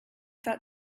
that